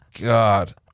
God